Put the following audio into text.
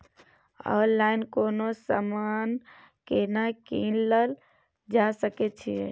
Online कोनो समान केना कीनल जा सकै छै?